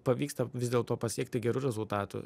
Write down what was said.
pavyksta vis dėlto pasiekti gerų rezultatų